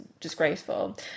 disgraceful